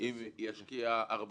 אם ישקיע מאוד